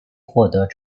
获得者